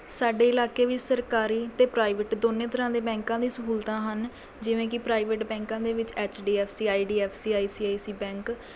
ਸਾਡੇ ਇਲਾਕੇ ਵਿੱਚ ਸਰਕਾਰੀ ਅਤੇ ਪ੍ਰਾਈਵੇਟ ਦੋਨੇ ਤਰ੍ਹਾਂ ਦੇ ਬੈਂਕਾਂ ਦੀ ਸਹੂਲਤਾਂ ਹਨ ਜਿਵੇਂ ਕਿ ਪ੍ਰਾਈਵੇਟ ਬੈਂਕਾਂ ਦੇ ਵਿੱਚ H D F C I D F C I C I C bank